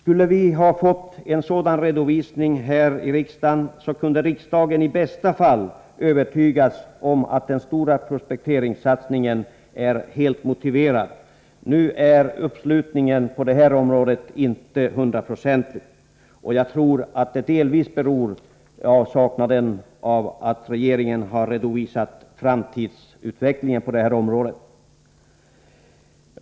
Om vi hade fått en sådan redovisning här, kunde riksdagen i bästa fall ha övertygats om att den stora prospekteringssatsningen var helt motiverad. Nu är uppslutningen på detta område inte hundraprocentig. Jag tror att det delvis beror på avsaknaden av en redovisning från regeringen av framtidsutvecklingen på detta fält.